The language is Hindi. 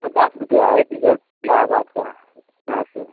पचास रुपिया है टिकट इलाहाबाद का यहाँ से